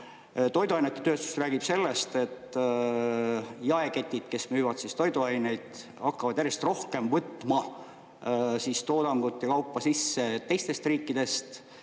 Toiduainetööstus räägib sellest, et jaeketid, kes müüvad toiduaineid, hakkavad järjest rohkem võtma siis toodangut ja kaupa sisse teistest riikidest.